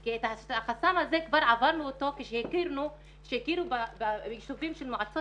כי את החסם הזה כבר עברנו אותו כשהכירו ביישובים של מועצות